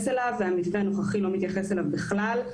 אליו והמתווה הנוכחי לא מתייחס אליו בכלל.